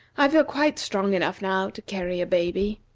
i feel quite strong enough now to carry a baby.